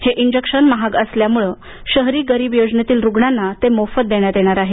हे इंजेक्शन महाग असल्यामुळे शहरी गरीब योजनेतील रुग्णांना हे इंजेक्शन मोफत देण्यात येणार आहे